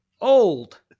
Old